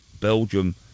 belgium